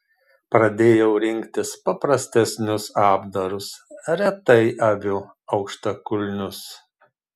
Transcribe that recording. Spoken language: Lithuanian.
pradėjau rinktis paprastesnius apdarus retai aviu aukštakulnius